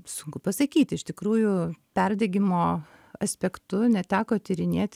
sunku pasakyt iš tikrųjų perdegimo aspektu neteko tyrinėt